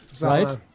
Right